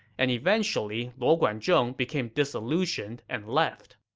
and eventually, luo guanzhong became disillusioned and left